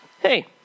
hey